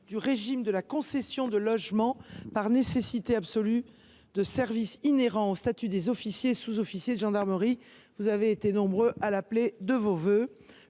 du régime de la concession de logement par nécessité absolue de service inhérent au statut des officiers et des sous officiers de gendarmerie. Vous avez été nombreux à appeler une telle